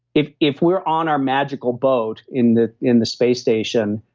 if if we're on our magical boat in the in the space station,